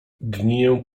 gniję